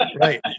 right